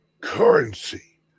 currency